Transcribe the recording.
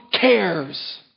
cares